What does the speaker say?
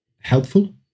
helpful